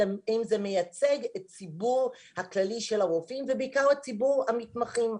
אלא אם זה מייצג את הציבור הכללי של הרופאים ובעיקר ציבור המתמחים.